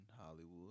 Hollywood